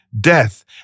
death